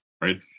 right